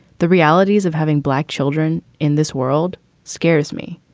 the realities of having black children in this world scares me.